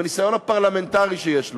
עם הניסיון הפרלמנטרי שיש לו.